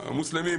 המוסלמים.